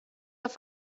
auf